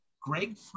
Greg